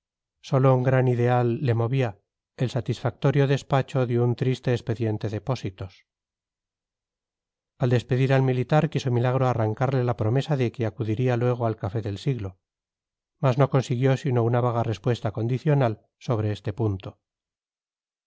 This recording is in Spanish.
sólo un gran ideal le movía el satisfactorio despacho de un triste expediente de pósitos al despedir al militar quiso milagro arrancarle la promesa de que acudiría luego al café del siglo mas no consiguió sino una vaga respuesta condicional sobre este punto